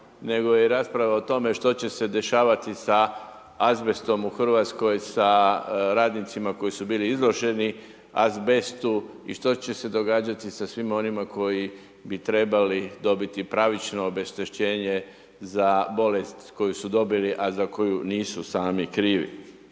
nego je i rasprava o tome što će se dešavati sa azbestom u RH sa radnicima koji su bili izloženi azbestu i što će se događati sa svima onima koji bi trebali dobiti pravično obeštećenje za bolest koju su dobili, a za koju nisu sami krivi.